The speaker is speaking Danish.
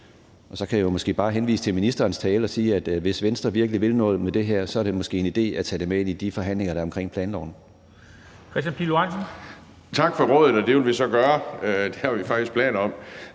Og så kan jeg måske bare henvise til ministerens tale og sige, at hvis Venstre virkelig vil noget med det her, er det måske en idé at tage det med ind i de forhandlinger, der er omkring planloven. Kl. 11:09 Formanden (Henrik Dam Kristensen): Hr. Kristian